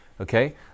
Okay